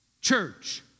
church